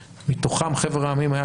מתוכם חבר העמים היה